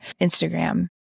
Instagram